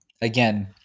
again